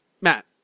Matt